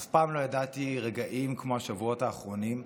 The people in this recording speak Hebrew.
אף פעם לא ידעתי רגעים כמו השבועות האחרונים,